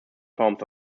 forms